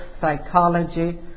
psychology